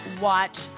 watch